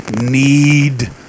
need